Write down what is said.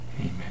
Amen